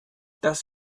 das